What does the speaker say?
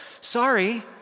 Sorry